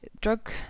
drug